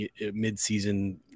midseason